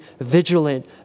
vigilant